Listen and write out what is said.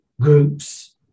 groups